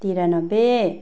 त्रियानब्बे